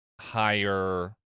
higher